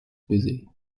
busy